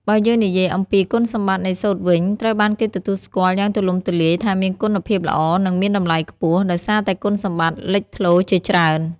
បើយើងនិយាយអំពី គុណសម្បត្តិនៃសូត្រវិញត្រូវបានគេទទួលស្គាល់យ៉ាងទូលំទូលាយថាមានគុណភាពល្អ និងមានតម្លៃខ្ពស់ ដោយសារតែគុណសម្បត្តិលេចធ្លោជាច្រើន។